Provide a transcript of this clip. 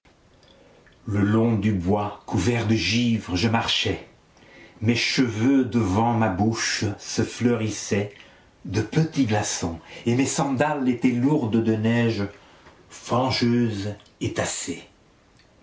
le long du bois couvert de givre je marchais mes cheveux devant ma bouche se fleurissaient de petits glaçons et mes sandales étaient lourdes de neige fangeuse et tassée